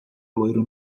loiro